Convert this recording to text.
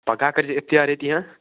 پگاہ ہا کٔرۍزِ اِفتِیار ییٚتی